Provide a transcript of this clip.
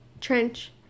Trench